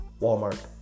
Walmart